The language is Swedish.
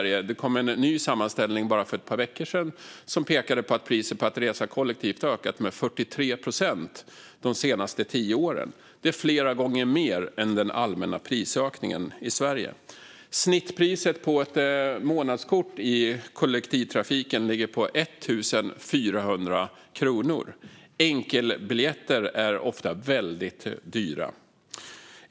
Det kom en ny sammanställning för bara ett par veckor sedan som pekade på att priset på att resa kollektivt hade ökat med 43 procent de senaste tio åren. Det är flera gånger mer än den allmänna prisökningen i Sverige. Snittpriset på ett månadskort i kollektivtrafiken ligger på 1 400 kronor. Enkelbiljetter är ofta väldigt dyra.